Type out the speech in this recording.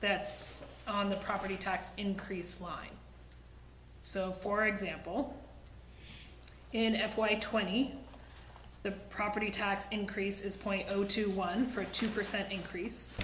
that's on the property tax increase line so for example in f y twenty the property tax increase is point zero two one for a two percent increase